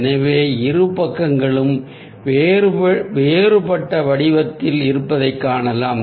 எனவே இரு பக்கங்களும் வேறுபட்ட வடிவத்தில் இருப்பதைக் காணலாம்